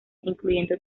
incluyendo